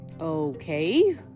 Okay